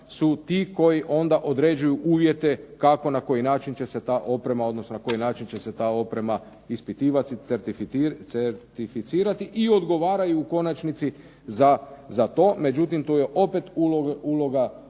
se ta oprema, odnosno na koji način će se ta oprema ispitivati, certificirati i odgovaraju u konačnici za to. Međutim, tu je opet uloga